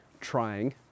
trying